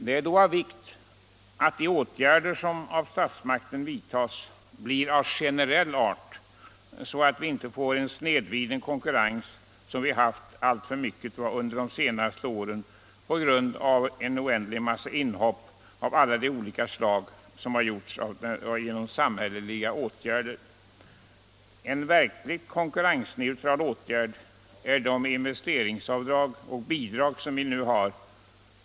Det är då av vikt att de åtgärder som statsmakten vidtar blir av generell art, så att vi inte får en snedvriden konkurrens. Det har vi haft alltför mycket av under de senaste åren på grund av att det gjorts en oändlig massa inhopp av alla de slag genom olika samhälleliga åtgärder. En verkligt korkurrensneutral åtgärd är de investeringsavdrag och bidrag som vi nu har.